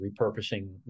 repurposing